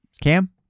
Cam